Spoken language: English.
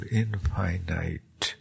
infinite